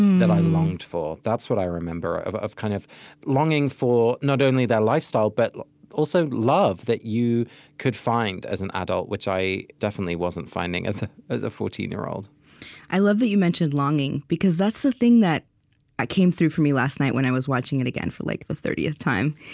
that i longed for. that's what i remember of of kind of longing for not only their lifestyle, but also, love that you could find as an adult, which i definitely wasn't finding as ah a a fourteen year old i love that you mentioned longing, because that's the thing that came through for me last night, when i was watching it again, for like, the thirtieth time,